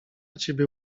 ciebie